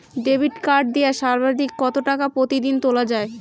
Debit card দিয়ে সর্বাধিক কত টাকা প্রতিদিন তোলা য়ায়?